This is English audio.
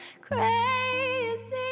crazy